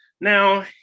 Now